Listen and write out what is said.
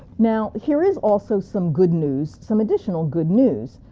now here is also some good news, some additional good news.